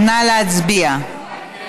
נא להצביע.